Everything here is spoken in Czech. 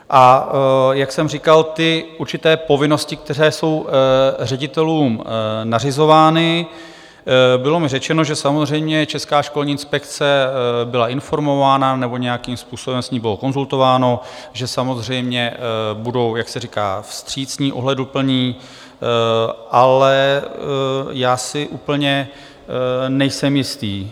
A jak jsem říkal, ty určité povinnosti, které jsou ředitelům nařizovány bylo mi řečeno, že samozřejmě Česká školní inspekce byla informována nebo nějakým způsobem s ní bylo konzultováno, že samozřejmě budou, jak se říká, vstřícní, ohleduplní, ale já si úplně nejsem jistý.